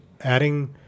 adding